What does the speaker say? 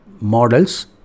models